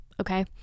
okay